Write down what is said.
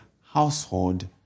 household